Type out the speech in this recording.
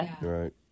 right